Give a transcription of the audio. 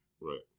Right